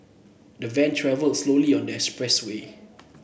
the van travelled slowly on the expressway